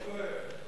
אתה טועה.